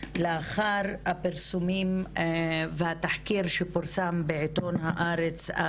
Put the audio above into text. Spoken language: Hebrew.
לאחר הפרסומים והתחקיר שפורסם בעיתון "הארץ",